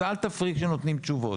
אז אל תפריעי כשנותנים תשובות.